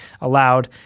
allowed